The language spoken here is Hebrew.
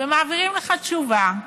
ומעבירים לך תשובה.